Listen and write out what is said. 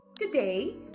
Today